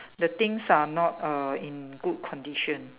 the things are not err in good condition